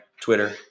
Twitter